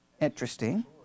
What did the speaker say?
Interesting